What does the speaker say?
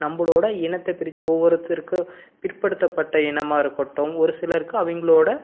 நம்மளோட இனத்தை பிரித்து ஒவ்வொருத்தருக்கு பிற்படுத்தப்பட்ட இனமாக இருக்கட்டும் ஒரு சிலருக்கு அவங்களோட